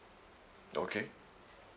okay